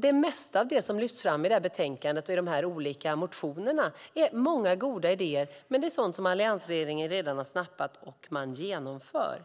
Det mesta av det som lyfts fram i detta betänkande och i dessa olika motioner är goda idéer, men det är sådant som alliansregeringen redan har snappat och genomför.